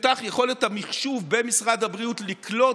תפותח יכולת המחשוב במשרד הבריאות לקלוט